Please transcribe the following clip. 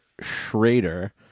Schrader